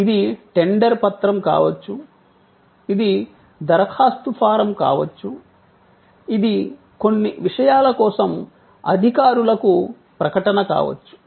ఇది టెండర్ పత్రం కావచ్చు ఇది దరఖాస్తు ఫారమ్ కావచ్చు ఇది కొన్ని విషయాల కోసం అధికారులకు ప్రకటన కావచ్చు